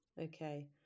Okay